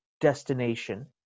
destination